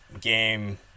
game